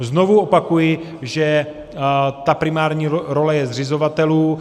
Znovu opakuji, že ta primární role je zřizovatelů.